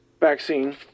vaccine